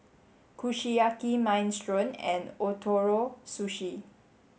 Kushiyaki Minestrone and Ootoro Sushi